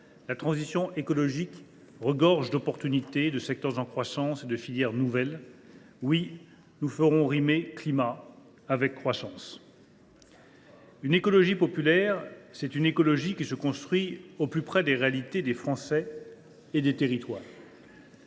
la transition écologique regorge d’opportunités, de secteurs en croissance et de filières nouvelles. Oui, nous ferons rimer climat avec croissance. » Cela ne rime pas !« Une écologie populaire, c’est une écologie qui se construit au plus près des réalités des Français et des territoires.